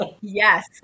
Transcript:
Yes